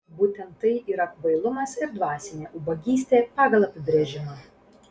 būtent tai yra kvailumas ir dvasinė ubagystė pagal apibrėžimą